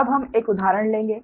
अब हम एक उदाहरण लेंगे